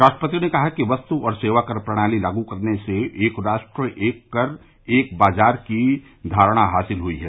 राष्ट्रपति ने कहा कि वस्तु और सेवा कर प्रणाली लागू करनेसे एक राष्ट्र एक कर एक बाजार की धारणा हांसिल हुई है